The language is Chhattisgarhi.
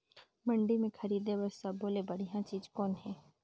मंडी म खरीदे बर सब्बो ले बढ़िया चीज़ कौन हे?